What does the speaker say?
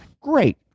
great